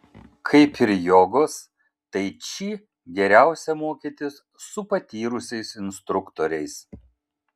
kaip ir jogos tai či geriausia mokytis su patyrusiais instruktoriais